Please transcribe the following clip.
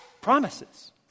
promises